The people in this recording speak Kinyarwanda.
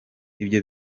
ibyo